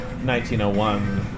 1901